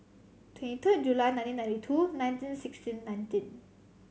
twenty third July nineteen ninety two nineteen sixteen nineteen